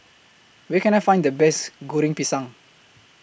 Where Can I Find The Best Goreng Pisang